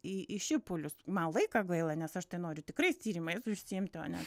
į į šipulius man laika gaila nes aš tai noriu tikrais tyrimais užsiimti o ne